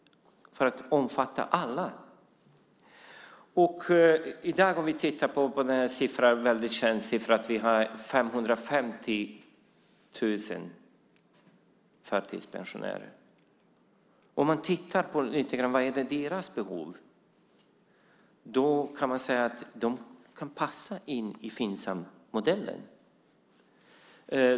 Det ska omfatta alla. I dag har vi 550 000 förtidspensionärer. Den siffran är känd. När man tittar på vilka behov de har ser man att de kan passa in i Finsammodellen.